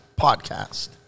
podcast